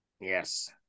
Yes